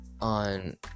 on